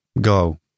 go